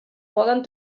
poden